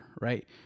right